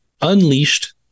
unleashed